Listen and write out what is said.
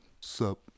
Sup